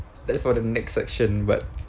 that's for the next section but